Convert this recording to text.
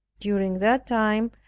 during that time,